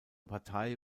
partei